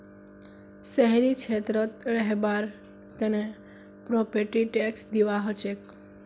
शहरी क्षेत्रत रहबार तने प्रॉपर्टी टैक्स दिबा हछेक